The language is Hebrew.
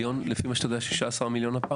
לפי מה שאתה יודע, מדובר ב-16 מיליון שקלים?